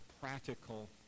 practical